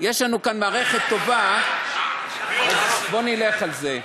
יש לנו כאן מערכת טובה, אז בוא נלך על זה.